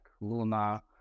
Luna